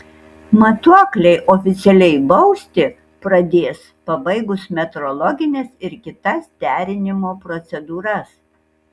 matuokliai oficialiai bausti pradės pabaigus metrologines ir kitas derinimo procedūras